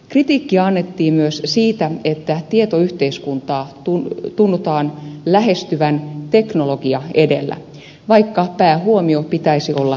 kritiikkiä annettiin myös siitä että tietoyhteiskuntaa tunnutaan lähestyvän teknologia edellä vaikka päähuomion pitäisi olla sisällöissä